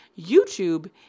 YouTube